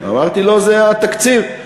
אמרתי לו: זה התקציב.